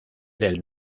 del